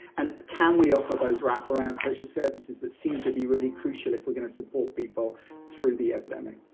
and can we offer those wraparound social services that seem to be really crucial if we're going to support people through the epidemic?